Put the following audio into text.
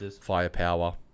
firepower